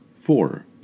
four